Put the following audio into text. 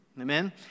Amen